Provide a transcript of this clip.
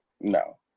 no